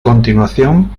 continuación